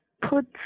put